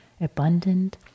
abundant